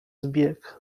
zbieg